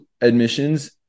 admissions